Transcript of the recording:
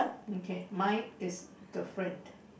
okay mine is different